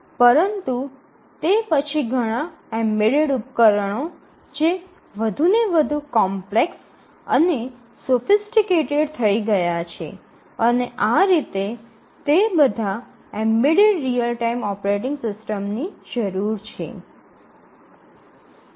પરંતુ તે પછી ઘણા એમ્બેડેડ ઉપકરણો જે વધુને વધુ કોમ્પ્લેક્સ અને સોફિસટીકટેડ થઈ રહ્યાં છે અને આ રીતે તે બધાને એમ્બેડેડ રીઅલ ટાઇમ ઓપરેટિંગ સિસ્ટમની જરૂર છે